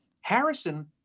Harrison